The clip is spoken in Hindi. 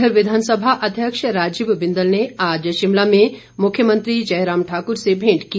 इधर विधानसभा अध्यक्ष राजीव बिंदल ने आज शिमला में मुख्यमंत्री से भेंट की